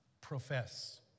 profess